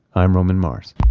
i'm roman mars